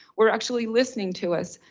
were actually listening to us,